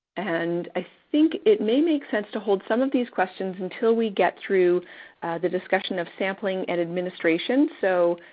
and i think it may make sense to hold some of these questions until we get through the discussion of sampling and administration. so,